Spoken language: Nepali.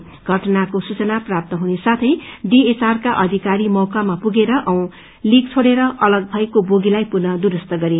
षटनाको सूचना प्राप्त हुनसाथै डीएचआरका अधिकारी मौकामा पुगेर औ लीक छोडेर अलग भएको बोगीलाई पुनः दुरस्त गरयो